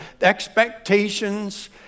expectations